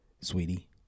sweetie